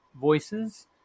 voices